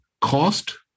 cost